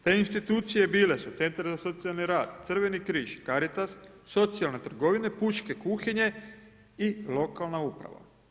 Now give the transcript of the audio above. Te institucije bile su Centar za socijalni rad, Crveni križ, Caritas, socijalne trgovine, pučke kuhinje i lokalna uprava.